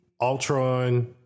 Ultron